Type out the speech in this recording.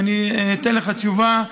ואני אתן לך תשובה.